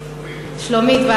שלומית.